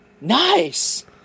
nice